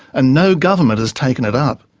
and no government has taken it up.